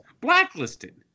blacklisted